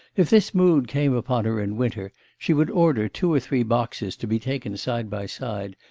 if this mood came upon her in winter, she would order two or three boxes to be taken side by side,